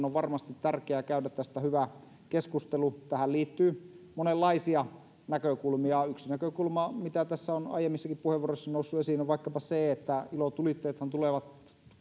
on varmasti tärkeää käydä tästä hyvä keskustelu tähän liittyy monenlaisia näkökulmia yksi näkökulma mikä tässä on aiemmissakin puheenvuoroissa noussut esiin on vaikkapa se että ilotulitteethan tulevat